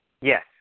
Yes